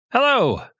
Hello